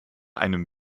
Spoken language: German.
einem